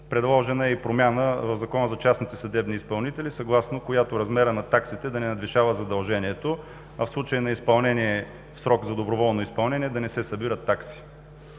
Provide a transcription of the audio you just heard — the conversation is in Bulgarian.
Предложена е и промяна в Закона за частните съдебни изпълнители, съгласно която размерът на таксите да не надвишава задължението, а в случай на изпълнение в срок за доброволно изпълнение, да не се събират такси.